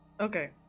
Okay